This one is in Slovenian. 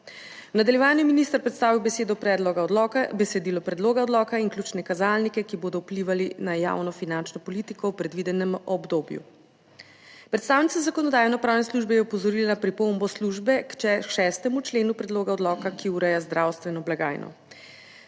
V nadaljevanju je minister predstavil besedilo predloga odloka in ključne kazalnike, ki bodo vplivali na javno finančno politiko v predvidenem obdobju. Predstavnica Zakonodajno-pravne službe je opozorila na pripombo službe k 6. členu predloga odloka, ki ureja zdravstveno blagajno.